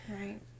Right